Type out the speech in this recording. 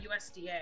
USDA